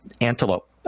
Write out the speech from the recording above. antelope